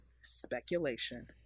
speculation